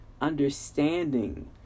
understanding